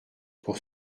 pour